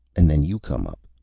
and then you come up.